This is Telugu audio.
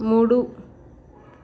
మూడు